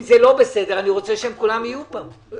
אם לא בסדר, אני רוצה שכולם יהיו פה.